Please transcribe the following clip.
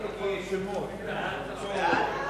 ההצעה להעביר את הצעת חוק עובדים זרים (תיקון